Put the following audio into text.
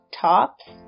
tops